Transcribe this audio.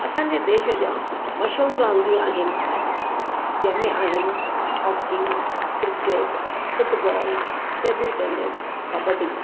असांजे देश जा मशहूर रांदियूं आहिनि जंहिं में आहिनि hockey cricket football table tennis kabaddi